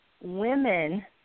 women